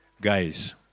guys